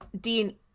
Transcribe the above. Dean